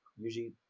usually